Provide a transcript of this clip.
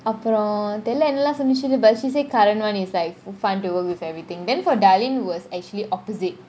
அப்புறம் தெரில எண்ணலாம் சோளிச்சினு :apram terila ennalam solichinu but she say current one is like fun to work with everything then for darlene was actually opposite